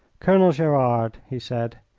colonel gerard, he said,